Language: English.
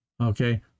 Okay